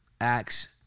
Acts